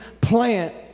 plant